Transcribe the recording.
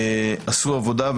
עשו עבודה,